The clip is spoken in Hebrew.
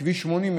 כביש 80,